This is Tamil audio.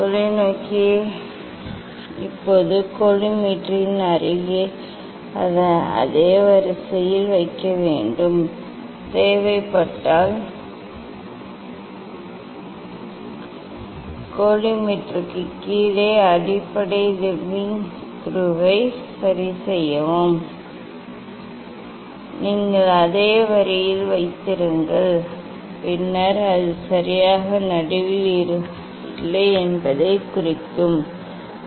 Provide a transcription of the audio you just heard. தொலைநோக்கியை இப்போது கோலிமேட்டரின் அதே வரிசையில் வைக்கவும் தேவைப்பட்டால் கோலிமேட்டர்களுக்குக் கீழே அடிப்படை லெவலிங் ஸ்க்ரூவை சரிசெய்யவும் நீங்கள் அதே வரியில் வைத்திருங்கள் பின்னர் அது சரியாக நடுவில் இல்லை என்பதைக் கண்டால் அதை சற்று சரிசெய்ய வேண்டும்